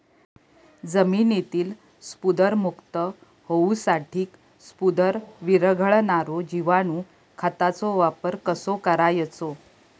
जमिनीतील स्फुदरमुक्त होऊसाठीक स्फुदर वीरघळनारो जिवाणू खताचो वापर कसो करायचो?